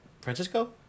Francisco